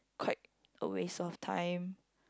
quite a waste of time